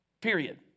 period